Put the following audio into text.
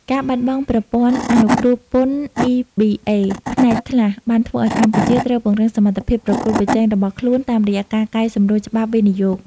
ការបាត់បង់ប្រព័ន្ធអនុគ្រោះពន្ធ EBA ផ្នែកខ្លះ បានធ្វើឱ្យកម្ពុជាត្រូវពង្រឹងសមត្ថភាពប្រកួតប្រជែងរបស់ខ្លួន តាមរយៈការកែសម្រួលច្បាប់វិនិយោគ។